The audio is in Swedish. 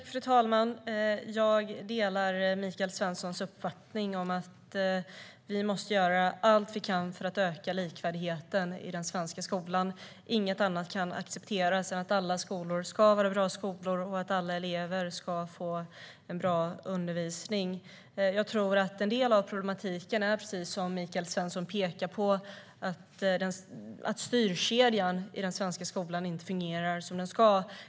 Fru talman! Jag delar Michael Svenssons uppfattning att vi måste göra allt vi kan för att öka likvärdigheten i den svenska skolan. Inget annat accepteras än att alla skolor är bra skolor och att alla elever får en bra undervisning. Precis som Michael Svensson pekar på tror jag att en del av problematiken är att styrkedjan i den svenska skolan inte fungerar som den ska.